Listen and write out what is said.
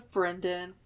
Brendan